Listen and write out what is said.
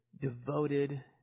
devoted